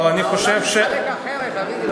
אבל אני חושב, העולם מתחלק אחרת, אביגדור.